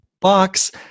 box